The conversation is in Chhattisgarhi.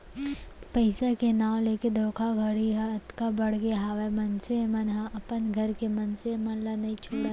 पइसा के नांव लेके धोखाघड़ी ह अतका बड़गे हावय मनसे मन ह अपन घर के मनसे मन ल नइ छोड़त हे